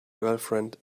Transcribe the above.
girlfriend